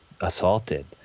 assaulted